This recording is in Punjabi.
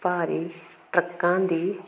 ਭਾਰੀ ਟਰੱਕਾਂ ਦੀ